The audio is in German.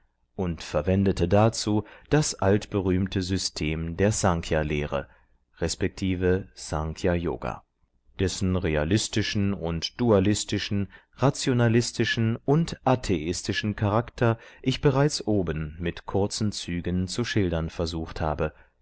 und verwendete dazu das altberühmte system der snkhya lehre resp snkhya yoga dessen realistischen und dualistischen rationalistischen und atheistischen charakter ich bereits oben mit kurzen zügen zu schildern versucht habe